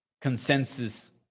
consensus